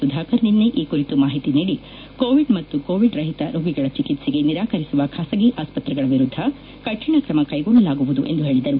ಸುಧಾಕರ್ ನಿನ್ನೆ ಈ ಕುರಿತು ಮಾಹಿತಿ ನೀಡಿ ಕೋವಿಡ್ ಮತ್ತು ಕೋವಿಡ್ ರಹಿತ ರೋಗಿಗಳ ಚಿಕಿತ್ಸೆಗೆ ನಿರಾಕರಿಸುವ ಖಾಸಗಿ ಆಸ್ಸತ್ರೆಗಳ ವಿರುದ್ದ ಕರಿಣ ಕ್ರಮ ಕ್ಷೆಗೊಳ್ಳಲಾಗುವುದು ಎಂದು ಹೇಳಿದರು